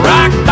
Rock